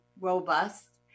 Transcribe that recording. robust